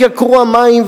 התייקרו המים,